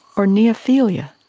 or neophilia?